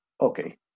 Okay